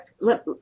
let